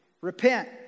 Repent